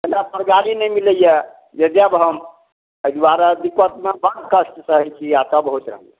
एहिठाँसँ गाड़ी नहि मिलैए जे जाएब हम एहि दुआरे दिक्कतमे बड़ कष्ट सहैत छी आ तब होइत रहैए